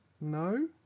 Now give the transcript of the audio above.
No